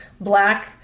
black